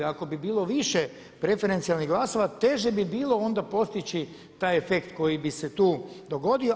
Ako bi bilo više preferencijalnih glasova teže bi bilo onda postići taj efekt koji bi se tu dogodio.